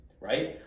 Right